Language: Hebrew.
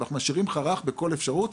אבל אנחנו משאירים חרך בכל אפשרות,